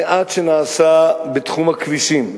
המעט שנעשה בתחום הכבישים,